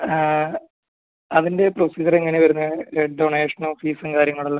അതിൻ്റെ പ്രൊസീജിയർ എങ്ങനെയാണ് വരുന്നത് ഡൊണേഷനും ഫീസും കാര്യങ്ങളെല്ലാം